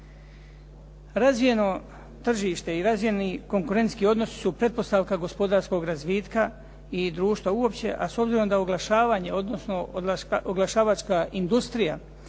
Razvijeno tržište i razvijeni konkurentski odnosi su pretpostavka gospodarskog razvitka i društva uopće, a s obzirom da oglašavanje, odnosno oglašavačka industrija